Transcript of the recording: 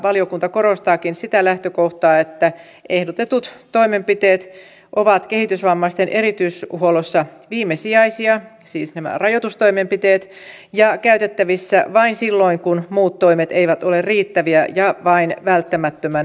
valiokunta korostaakin sitä lähtökohtaa että ehdotetut toimenpiteet ovat kehitysvammaisten erityishuollossa viimesijaisia siis nämä rajoitustoimenpiteet ja ovat käytettävissä vain silloin kun muut toimet eivät ole riittäviä ja vain välttämättömän ajan